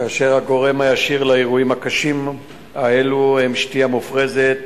כאשר הגורם הישיר לאירועים הקשים האלה הוא שתייה מופרזת